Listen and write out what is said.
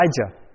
Elijah